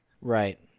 right